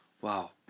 Wow